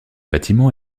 bâtiment